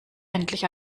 endlich